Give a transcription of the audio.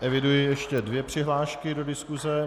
Eviduji ještě dvě přihlášky do diskuse.